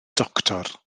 doctor